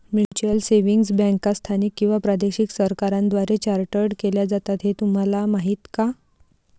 Mutual savings बँका स्थानिक किंवा प्रादेशिक सरकारांद्वारे चार्टर्ड केल्या जातात हे तुम्हाला माहीत का?